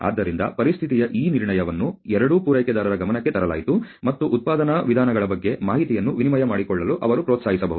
ಆದ್ದರಿಂದ ಪರಿಸ್ಥಿತಿಯ ಈ ನಿರ್ಣಯವನ್ನು ಎರಡೂ ಪೂರೈಕೆದಾರರ ಗಮನಕ್ಕೆ ತರಲಾಯಿತು ಮತ್ತು ಉತ್ಪಾದನಾ ವಿಧಾನಗಳ ಬಗ್ಗೆ ಮಾಹಿತಿಯನ್ನು ವಿನಿಮಯ ಮಾಡಿಕೊಳ್ಳಲು ಅವರು ಪ್ರೋತ್ಸಾಹಿಸಬಹುದು